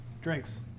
Drinks